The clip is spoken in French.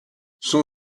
son